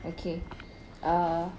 okay err